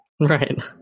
Right